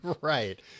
right